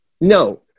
No